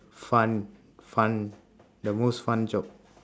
fun fun the most fun job